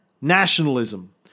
nationalism